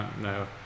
No